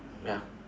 ya